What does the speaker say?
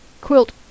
quilt